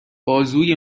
بازوی